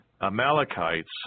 Amalekites